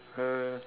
uh